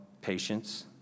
patience